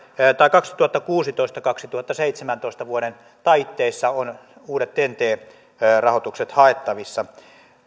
kaksituhattakuusitoista ja kaksituhattaseitsemäntoista taitteessa ovat uudet ten t rahoitukset haettavissa